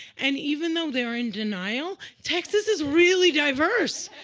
and even though they're in denial, texas is really diverse.